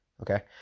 okay